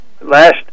last